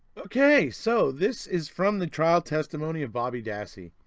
okay. so this is from the trial testimony of bobby dassey.